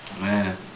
Man